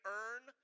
earn